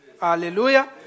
Hallelujah